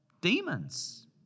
demons